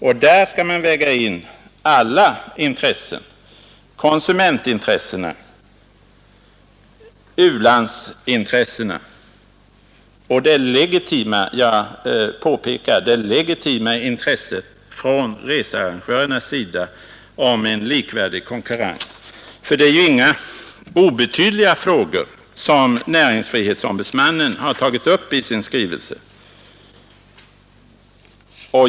Och då skall man väga in alla intressen: konsumentintressena, u-landsintressena och det legitima — jag betonar det — intresset från researrangörernas sida av en likvärdig konkurrens. Det är ju inga obetydliga frågor som näringsfrihetsombudsmannen har tagit upp i sin skrivelse.